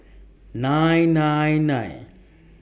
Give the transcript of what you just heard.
nine nine nine